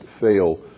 fail